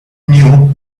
knew